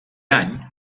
any